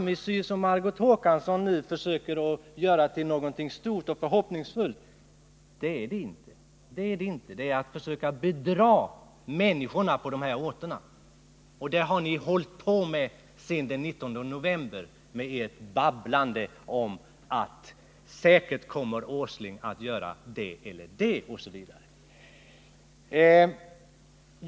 Margot Håkansson försöker göra en halvmesyr till någonting stort och förhoppningsfullt, men det är det inte. Det är att försöka bedra människorna på dessa orter. Och det har ni hållit på med sedan den 19 november, med ert babblande om att Nils Åsling säkert kommer att göra det ena eller det andra.